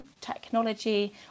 technology